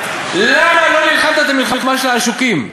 למה לא נלחמת את המלחמה של העשוקים?